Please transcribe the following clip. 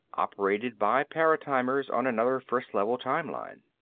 operated by paratimers on another first level time-line.